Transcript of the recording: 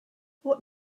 what